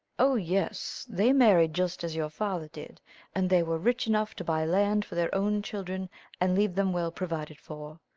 oh yes they married just as your father did and they were rich enough to buy land for their own children and leave them well provided for.